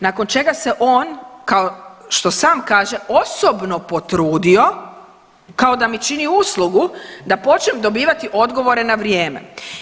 Nakon čega se on, kao što sam kaže osobno potrudio kao da mi čini uslugu da počnem dobivati odgovore na vrijeme.